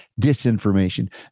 disinformation